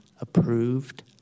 approved